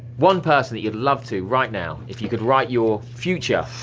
one person that you'd love to, right now, if you could write your future.